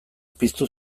piztu